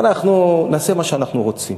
אנחנו נעשה מה שאנחנו רוצים.